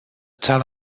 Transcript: tell